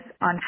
on